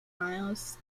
miles